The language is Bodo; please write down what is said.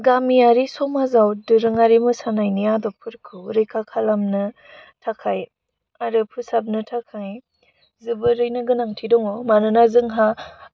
गामियारि समाजाव दोरोङारि मोसानायनि आदबफोरखौ रैखा खालामनो थाखाय आरो फोसाबानो थाखाय जोबोरैनो गोनांथि दङ मानोना जोंहा